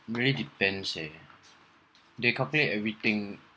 really depends eh they calculate everything